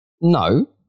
No